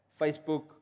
Facebook